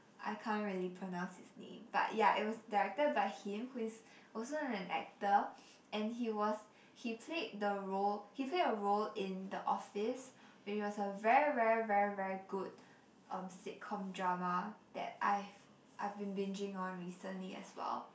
I can't really pronounce his name but yeah it was directed by him who is also an actor and he was he played the role he played a role in the office which was a very very very very good um sitcom drama that I've I've been binging on recently as well